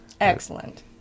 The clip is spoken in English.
Excellent